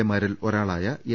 എമാരിൽ ഒരാളായ എം